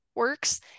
Works